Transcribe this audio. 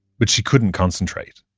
but she couldn't concentrate.